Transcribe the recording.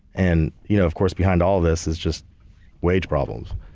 and you know of course, behind all this is just wage problems.